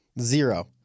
Zero